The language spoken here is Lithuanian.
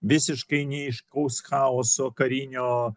visiškai neaiškaus chaoso karinio